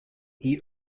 eat